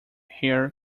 hair